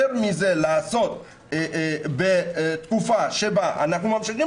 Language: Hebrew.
יותר מזה לעשות בתקופה שבה אנחנו ממשיכים